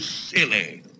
silly